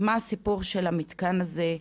מה הסיפור של המתקן הזה,